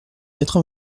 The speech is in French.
quatre